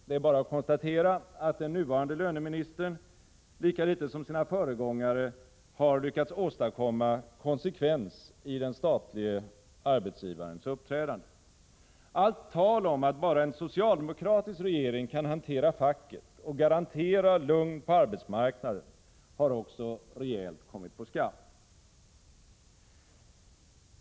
Det är bara att konstatera att den nuvarande löneministern lika litet som sina föregångare har lyckats åstadkomma konsekvens i den statliga arbetsgivarens uppträdande. Allt tal om att bara en socialdemokratisk regering kan hantera facket och garantera lugn på arbetsmarknaden har också rejält kommit på skam.